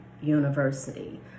University